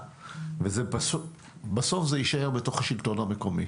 בסוף זה יישאר בתוך השלטון המקומי.